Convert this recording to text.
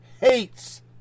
hates